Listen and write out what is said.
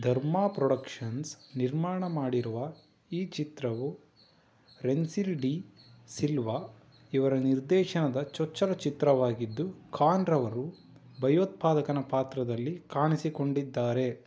ಧರ್ಮ ಪ್ರೊಡಕ್ಷನ್ಸ್ ನಿರ್ಮಾಣ ಮಾಡಿರುವ ಈ ಚಿತ್ರವು ರೆನ್ಸಿಲ್ ಡಿ ಸಿಲ್ವಾ ಇವರ ನಿರ್ದೇಶನದ ಚೊಚ್ಚಲ ಚಿತ್ರವಾಗಿದ್ದು ಖಾನ್ರವರು ಭಯೋತ್ಪಾದಕನ ಪಾತ್ರದಲ್ಲಿ ಕಾಣಿಸಿಕೊಂಡಿದ್ದಾರೆ